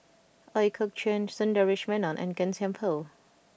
Ooi Kok Chuen Sundaresh Menon and Gan Thiam Poh